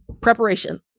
preparation